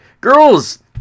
Girls